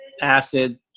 acid